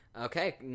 Okay